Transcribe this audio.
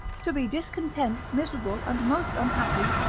to be discontent, miserable, and most unhappy,